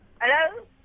Hello